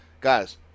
guys